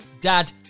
dad